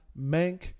Mank